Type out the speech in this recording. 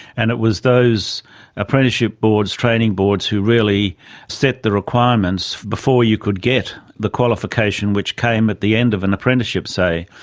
and it was those apprenticeship boards, training boards who really set the requirements before you could get the qualification which came at the end of an apprenticeship, say.